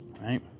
right